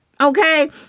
Okay